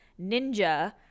Ninja